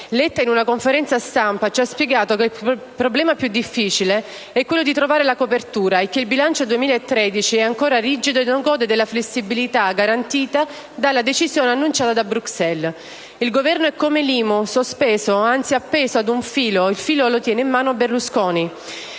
Letta in una conferenza stampa ci ha spiegato che il problema più difficile è quello di trovare la copertura e che il bilancio 2013 è ancora rigido e non gode della flessibilità garantita dalla decisione annunciata da Bruxelles. Il Governo è come l'IMU: sospeso, anzi appeso ad un filo, e il filo lo tiene in mano Berlusconi.